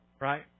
right